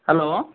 hello